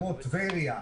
כמו טבריה,